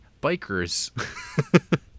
bikers